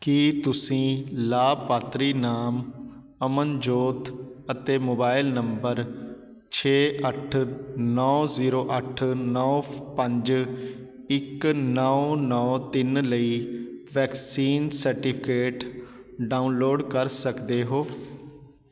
ਕੀ ਤੁਸੀਂ ਲਾਭਪਾਤਰੀ ਨਾਮ ਅਮਨਜੋਤ ਅਤੇ ਮੋਬਾਇਲ ਨੰਬਰ ਛੇ ਅੱਠ ਨੌ ਜ਼ੀਰੋ ਅੱਠ ਨੌ ਫ ਪੰਜ ਇੱਕ ਨੌ ਨੌ ਤਿੰਨ ਲਈ ਵੈਕਸੀਨ ਸਰਟੀਫਿਕੇਟ ਡਾਊਨਲੋਡ ਕਰ ਸਕਦੇ ਹੋ